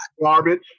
Garbage